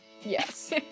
Yes